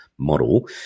model